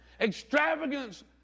Extravagance